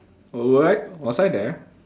all right was I there